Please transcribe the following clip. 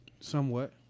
Somewhat